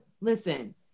listen